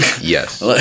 yes